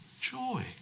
joy